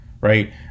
right